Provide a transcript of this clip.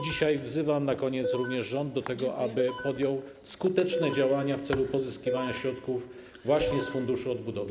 Dzisiaj wzywam na koniec również rząd do tego, aby podjął skuteczne działania w celu pozyskiwania środków właśnie z Funduszu Odbudowy.